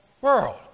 world